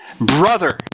Brother